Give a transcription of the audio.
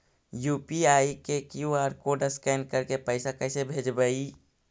UPI के QR code scan करके पैसा कैसे भेजबइ?